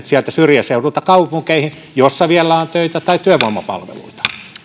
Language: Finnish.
sieltä syrjäseuduilta kaupunkeihin joissa vielä on töitä tai työvoimapalveluita